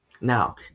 Now